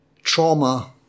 Trauma